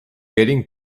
getting